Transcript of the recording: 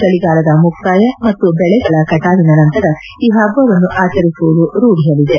ಚಳಿಗಾಲದ ಮುಕ್ತಾಯ ಮತ್ತು ದೆಳೆಗಳ ಕಟಾವಿನ ನಂತರ ಈ ಪಭ್ಗವನ್ನು ಆಚರಿಸುವುದು ರೂಢಿಯಲ್ಲಿದೆ